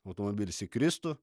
automobilis įkristų